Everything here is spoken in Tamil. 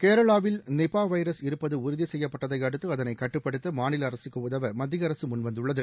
கேரளாவில் நிபா வைரஸ் இருப்பது உறுதி செய்யப்பட்டதை அடுத்து அதனை கட்டுப்படுத்த மாநில அரசுக்கு உதவ மத்திய அரசு முன்வந்துள்ளது